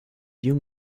you